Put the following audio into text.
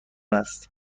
است